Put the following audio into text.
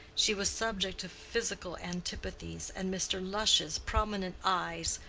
she was subject to physical antipathies, and mr. lush's prominent eyes,